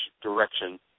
direction